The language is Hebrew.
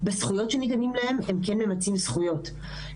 בזכויות שניתנים להם הם כן ממצים זכויות,